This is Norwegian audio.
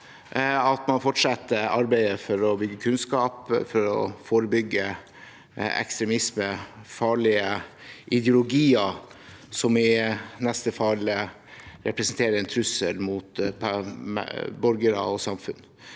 at man fortsetter arbeidet med å bygge kunnskap for å forebygge ekstremisme og farlige ideologier som i neste fall representerer en trussel mot borgere og samfunn.